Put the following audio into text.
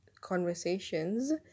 conversations